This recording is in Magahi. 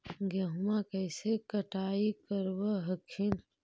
गेहुमा कैसे कटाई करब हखिन?